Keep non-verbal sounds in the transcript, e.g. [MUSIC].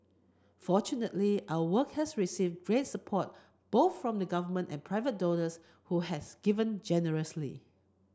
fortunately our work has received [UNINTELLIGIBLE] support both from the Government and private donors who has given generously